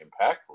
impactful